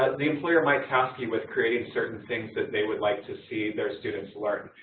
the employer might task you with creating certain things that they would like to see their students learn,